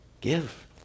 Give